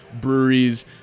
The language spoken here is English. breweries